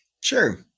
Sure